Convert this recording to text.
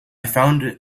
found